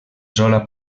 sola